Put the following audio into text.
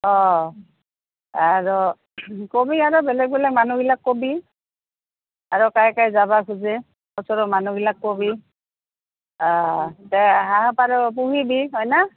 অঁ আৰু ক'বি আৰু বেলেগ বেলেগ মানুহবিলাক ক'বি আৰু কাই কাই যাবা খোজে ওচৰৰ মানুহবিলাক ক'বি তে হাঁহ পাৰ পুহিবি হয় না